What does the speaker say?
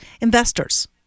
investors